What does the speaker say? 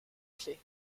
clé